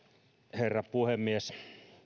herra puhemies